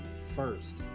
first